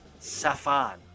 Safan